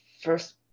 first